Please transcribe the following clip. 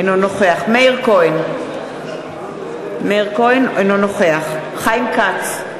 אינו נוכח מאיר כהן, אינו נוכח חיים כץ,